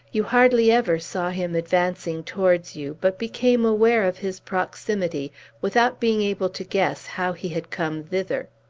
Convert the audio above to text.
you hardly ever saw him advancing towards you, but became aware of his proximity without being able to guess how he had come thither.